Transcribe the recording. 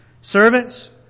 Servants